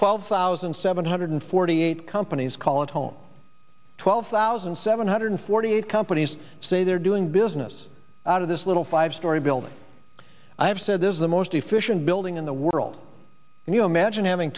twelve thousand seven hundred forty eight companies call it home twelve thousand seven hundred forty eight companies say they're doing business out of this little five story building i have said this is the most efficient building in the world can you imagine having